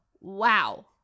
Wow